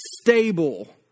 stable